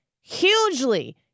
Hugely